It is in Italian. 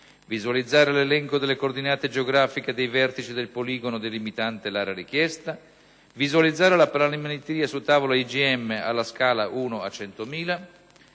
visualizzare l'elenco delle coordinate geografiche dei vertici del poligono delimitante l'area richiesta; visualizzare la planimetria su tavola IGM alla scala 1 a 100.000;